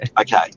Okay